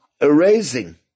erasing